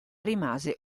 rimase